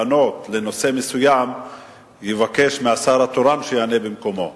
במקום לענות בנושא מסוים יבקש מהשר התורן שיענה במקומו.